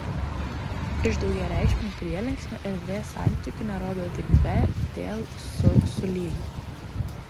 iš daugiareikšmių prielinksnių erdvės santykių nerodo tik be dėl su sulig